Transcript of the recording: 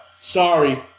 Sorry